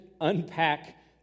unpack